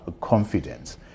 confidence